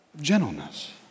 Gentleness